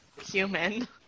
human